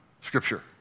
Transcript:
Scripture